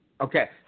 Okay